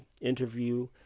interview